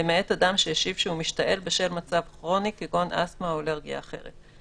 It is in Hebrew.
למעט אדם שהשיב שהוא משתעל בשל מצב כרוני כגון אסתמה או אלרגיה אחרת,